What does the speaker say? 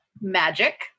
magic